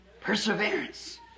perseverance